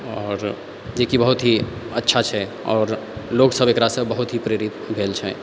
आओर जेकि बहुत ही अच्छा छै आओर लोगसभ एकरासँ बहुत ही प्रेरित भेल छै